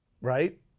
Right